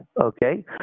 Okay